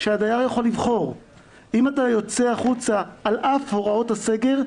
שהדייר יכול לבחור: אם אתה יוצא החוצה על אף הוראות הסגר,